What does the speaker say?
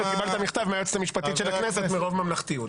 וקיבלת מכתב מהיועצת המשפטית של הכנסת מרוב ממלכתיות.